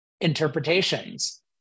interpretations